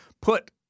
put